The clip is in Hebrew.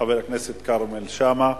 חבר הכנסת כרמל שאמה.